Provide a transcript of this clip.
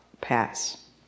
pass